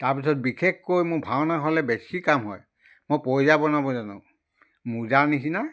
তাৰপিছত বিশেষকৈ মোৰ ভাওনা হ'লে বেছি কাম হয় মই পইজা বনাব জানো মোজা নিচিনা